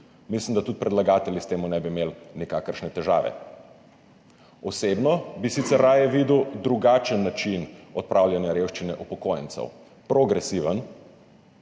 Mislim, da tudi predlagatelji s tem ne bi imeli nikakršne težave. Osebno bi sicer raje videl drugačen način odpravljanja revščine upokojencev, progresiven.